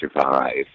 survive